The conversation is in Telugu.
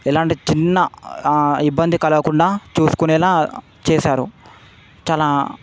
ఎలాంటి చిన్న ఇబ్బంది కలగకుండా చూసుకునేలాగా చేసారు చాలా